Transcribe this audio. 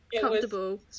comfortable